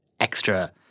extra